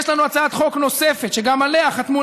איפה היא?